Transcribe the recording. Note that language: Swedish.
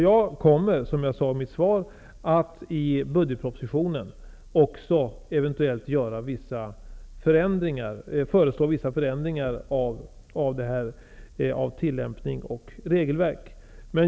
Jag kommer, som jag sade i mitt svar, att i budgetpropositionen föreslå vissa förändringar när det gäller tillämpningen och regelverket.